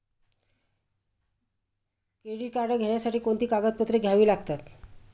Credit card घेण्यासाठी कोणती कागदपत्रे घ्यावी लागतात?